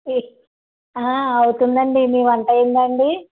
అవుతుంది అండి మీ వంట అయిందా అండి